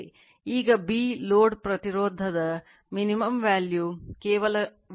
ಈಗ B load ಪ್ರತಿರೋಧದ minimum value ಕೇವಲ V2 I2